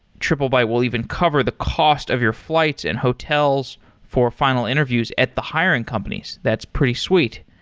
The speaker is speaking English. triplebyte will even cover the cost of your flights and hotels for final interviews at the hiring companies. that's pretty sweet.